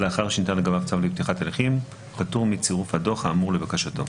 לאחר שניתן לגביו צו לפתיחת הליכים פטור מצירוף הדוח האמור לבקשתו.